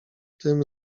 tym